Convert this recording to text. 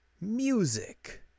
music